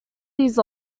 these